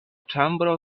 ĉambro